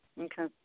Okay